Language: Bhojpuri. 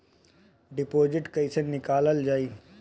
डिपोजिट कैसे निकालल जाइ?